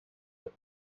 that